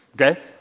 Okay